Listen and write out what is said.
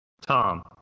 Tom